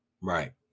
Right